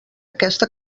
aquesta